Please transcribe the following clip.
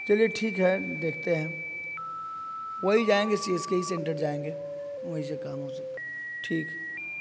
چلیے ٹھیک ہے دیکھتے ہیں وہی جائیں گے سی ایس کے ہی سینٹر جائیں گے وہیں سے کاموں وہ سکے گا ٹھیک